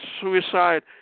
suicide